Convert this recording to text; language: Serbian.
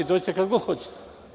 Dođite kad god hoćete.